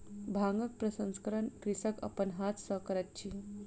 भांगक प्रसंस्करण कृषक अपन हाथ सॅ करैत अछि